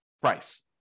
price